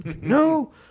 No